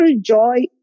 joy